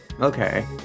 Okay